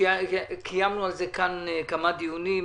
קיימנו על זה כמה דיונים.